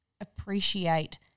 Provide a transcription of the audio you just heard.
appreciate